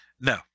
No